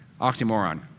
Oxymoron